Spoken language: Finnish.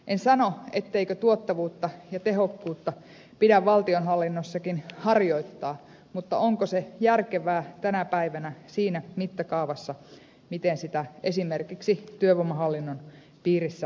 en sano etteikö tuottavuutta ja tehokkuutta pidä valtionhallinnossakin harjoittaa mutta onko se järkevää tänä päivänä siinä mittakaavassa kuin sitä esimerkiksi työvoimahallinnon piirissä toteutetaan